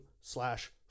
slash